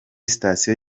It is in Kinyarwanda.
sitasiyo